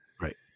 Right